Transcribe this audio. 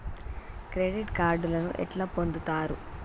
Credit కార్డులను ఎట్లా పొందుతరు?